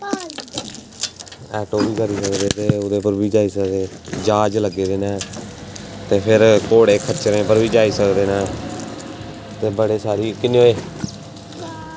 auto बी करी सकदे ते ओह्दे बा जाई सकदे ज्हाज लग्गे दे न ते फिर घोड़ें खच्चरें च बी जाई सकदे न ते बड़ी सारी